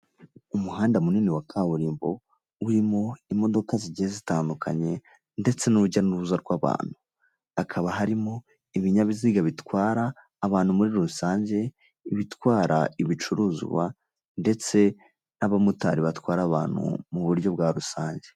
Umuhanda munini wa kaburimbo urimo imodoka zigiye zitandukanye ndetse n'urujya n'uruza rw'abantu, hakaba harimo ibinyabiziga bitwara abantu muri rusange, ibitwara ibicuruzwa ndetse n'abamotari batwara abantu mu buryo bwa rusange.